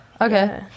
Okay